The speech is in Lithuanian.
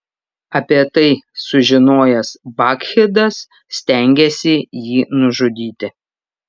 apie tai sužinojęs bakchidas stengėsi jį nužudyti